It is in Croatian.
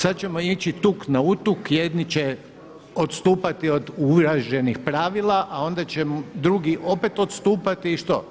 Sad ćemo ići tuk na utuk, jedni će odstupati od uvaženih pravila a onda će drugi opet odstupati i što?